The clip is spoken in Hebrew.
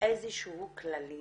איזה שהם כללים